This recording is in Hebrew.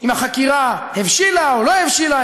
אם החקירה הבשילה או לא הבשילה,